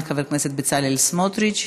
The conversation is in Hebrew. חבר הכנסת בצלאל סמוטריץ,